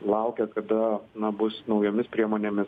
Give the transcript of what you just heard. laukia kada na bus naujomis priemonėmis